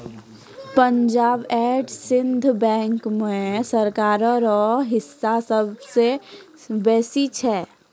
Punjab and Sind bank मे सरकारो रो हिस्सा सबसे बेसी छै